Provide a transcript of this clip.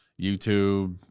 YouTube